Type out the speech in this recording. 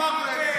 עם מרוקו,